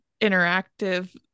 interactive